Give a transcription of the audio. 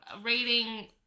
rating